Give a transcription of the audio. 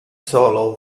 solo